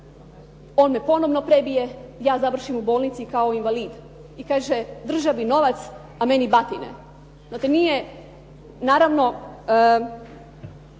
on me ponovno prebije, ja završim u bolnici kao invalid. I kaže državi novac, a meni batine. Dakle, nije naravno